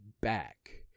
back